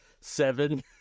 seven